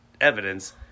evidence